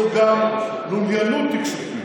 זו גם לוליינות תקשורתית.